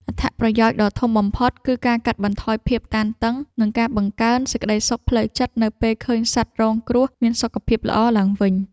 អត្ថប្រយោជន៍ដ៏ធំបំផុតគឺការកាត់បន្ថយភាពតានតឹង និងការបង្កើនសេចក្ដីសុខផ្លូវចិត្តនៅពេលឃើញសត្វរងគ្រោះមានសុខភាពល្អឡើងវិញ។